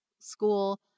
school